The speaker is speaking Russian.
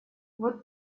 вот